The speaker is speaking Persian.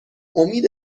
امید